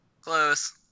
Close